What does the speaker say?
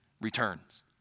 returns